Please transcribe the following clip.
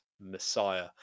Messiah